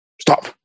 stop